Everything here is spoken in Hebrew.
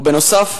ובנוסף,